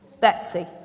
Betsy